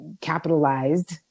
capitalized